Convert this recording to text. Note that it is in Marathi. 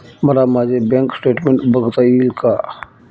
मला माझे बँक स्टेटमेन्ट बघता येईल का?